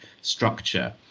structure